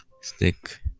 stick